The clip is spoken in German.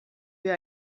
wir